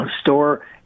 store